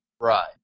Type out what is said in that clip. Right